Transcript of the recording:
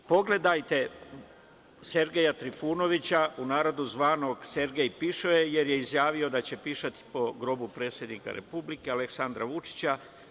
Pogledajte Sergeja Trifunovića, u narodu zvanog Sergej pišoje, jer je izjavio da će pišati po grobu predsednika Republike, Aleksandra Vučića.